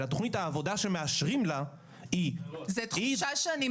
אלא תכנית העבודה שמאשרים לה היא --- זו תחושה שאני מקוששת את זה.